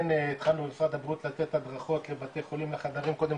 כן התחלנו במשרד הבריאות לתת הדרכות לבתי חולים בחדרים כל קודם